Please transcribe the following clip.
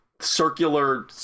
circular